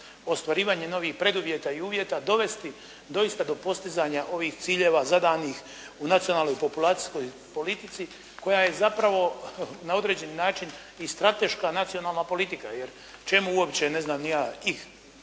ostvarivanje novih preduvjeta i uvjeta dovesti doista do postizanja ovih ciljeva zadanih u nacionalnoj populacijskoj politici koja je zapravo na određeni način i strateška nacionalna politika jer čemu uopće, ne znam ni ja ono